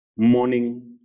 morning